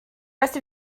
rest